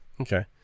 okay